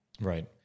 Right